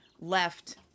left